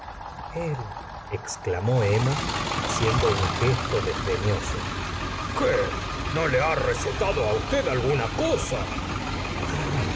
exclamó emma haciendo un gesto desdeñoso qué no le ha recetado usted alguna cosa